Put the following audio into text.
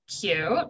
Cute